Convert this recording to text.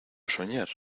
soñar